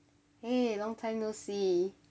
!hey! long time no see